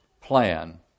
plan